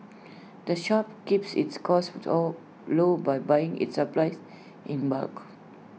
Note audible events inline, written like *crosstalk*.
the shop keeps its costs *unintelligible* low by buying its supplies in bulk